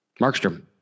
Markstrom